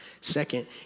Second